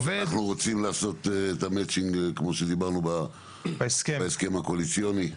אנחנו רוצים לעשות את המצ'ינג כמו שדיברנו בהסכם הקואליציוני,